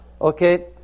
okay